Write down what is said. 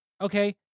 Okay